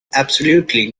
absolutely